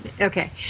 Okay